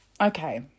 okay